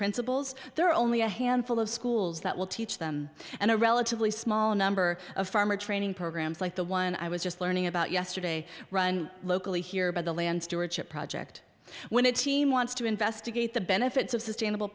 principles there are only a handful of schools that will teach them and a relatively small number of farmer training programs like the one i was just learning about yesterday run locally here by the land stewardship project when its team wants to investigate the benefits of sustainable